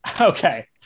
Okay